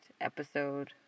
episode